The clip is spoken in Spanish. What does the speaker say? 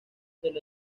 del